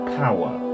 power